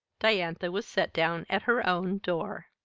diantha was set down at her own door.